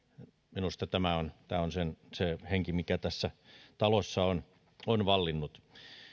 minusta tämä on tämä on se henki mikä tässä talossa on on vallinnut